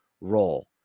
role